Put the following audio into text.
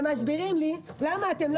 ומסבירים לי למה אתם לא